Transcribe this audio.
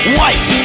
White